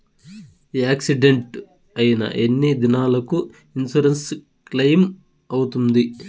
Accident అయిన ఎన్ని దినాలకు ఇన్సూరెన్సు క్లెయిమ్ అవుతుంది?